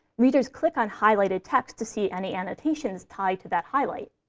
readers click on highlighted text to see any annotations tied to that highlight.